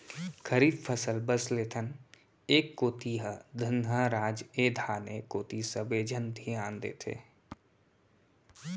खरीफ फसल बस लेथन, ए कोती ह धनहा राज ए धाने कोती सबे झन धियान देथे